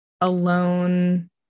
alone